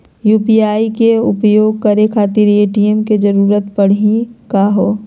UPI के उपयोग करे खातीर ए.टी.एम के जरुरत परेही का हो?